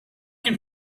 can